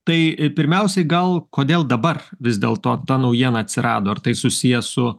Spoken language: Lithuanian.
tai pirmiausiai gal kodėl dabar vis dėlto ta naujiena atsirado ar tai susiję su